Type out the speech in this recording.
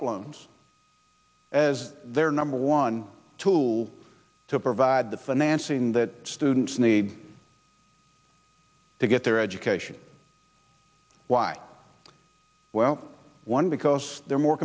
clones as their number one tool to provide the financing that students need to get their education why well one because they're more